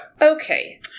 okay